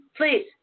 please